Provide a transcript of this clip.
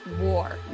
war